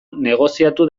negoziatu